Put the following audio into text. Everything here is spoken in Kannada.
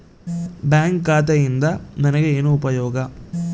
ಬ್ಯಾಂಕ್ ಖಾತೆಯಿಂದ ನನಗೆ ಏನು ಉಪಯೋಗ?